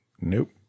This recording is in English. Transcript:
Nope